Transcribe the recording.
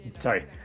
Sorry